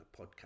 podcast